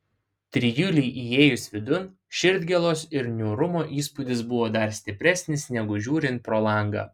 trijulei įėjus vidun širdgėlos ir niūrumo įspūdis buvo dar stipresnis negu žiūrint pro langą